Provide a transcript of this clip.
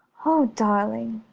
oh darling,